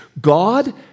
God